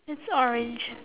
it's orange